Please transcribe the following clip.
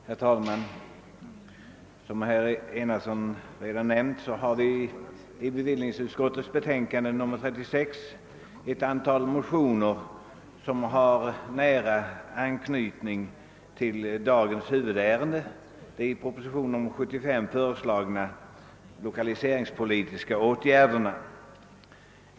Herr talman! Som herr Enarsson redan nämnt behandlas i bevillningsutskottets betänkande nr 36 ett antal motioner som har nära anknytning till dagens huvudärende, de i propositionen 75 föreslagna lokaliseringspolitiska åt gärderna.